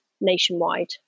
nationwide